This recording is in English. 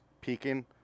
peaking